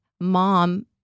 mom